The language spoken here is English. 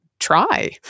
try